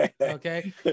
okay